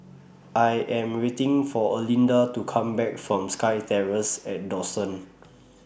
I Am waiting For Erlinda to Come Back from SkyTerrace At Dawson